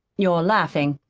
you're laughing.